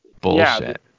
bullshit